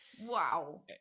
Wow